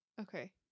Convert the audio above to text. okay